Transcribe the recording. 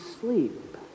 sleep